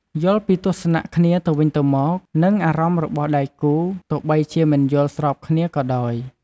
យល់ពីទស្សនៈគ្នាទៅវិញទៅមក និងអារម្មណ៍របស់ដៃគូ ទោះបីជាមិនយល់ស្របគ្នាក៏ដោយ។